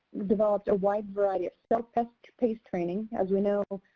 developed a wide variety of self-paced self-paced training. as you know,